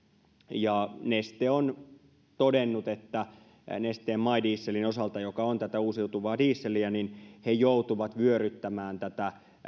ja neste on todennut että nesteen my dieselin osalta joka on tätä uusiutuvaa dieseliä he joutuvat vyöryttämään tätä